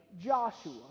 joshua